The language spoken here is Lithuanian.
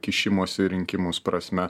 kišimosi į rinkimus prasme